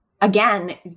again